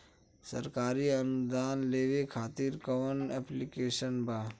सरकारी अनुदान लेबे खातिर कवन ऐप्लिकेशन बा?